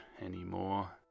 anymore